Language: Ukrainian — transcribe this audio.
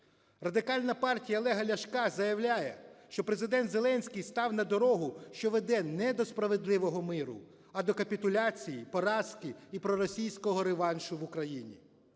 Радикальна партія Олега Ляшка заявляє, що Президент Зеленський став на дорогу, що веде не до справедливого миру, а до капітуляції, поразки і проросійського реваншу в Україні.